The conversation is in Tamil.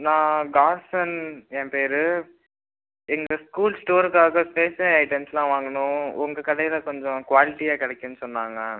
நான் காசன் என் பேர் எங்கள் ஸ்கூல் ஸ்டோருக்காக ஸ்டேஷ்னரி ஐட்டம்ஸ்லாம் வாங்கணும் உங்கள் கடையில் கொஞ்சம் குவாலிட்டியாக கிடைக்கும் சொன்னாங்க